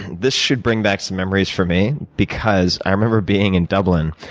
this should bring back some memories for me because i remember being in dublin,